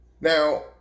Now